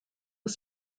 was